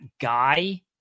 guy